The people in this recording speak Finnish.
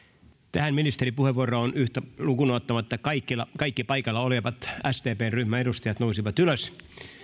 tähän ministeripuheenvuoroon liittyen yhtä lukuun ottamatta kaikki paikalla olevat sdpn ryhmän edustajat nousivat ylös